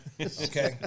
okay